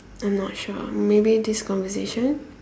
not sure maybe this conversation